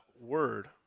word